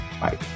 Bye